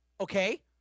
Okay